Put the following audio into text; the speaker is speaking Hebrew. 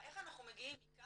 איך אנחנו מגיעים מכאן